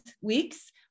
weeks